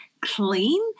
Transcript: clean